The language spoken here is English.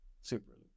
super